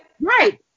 Right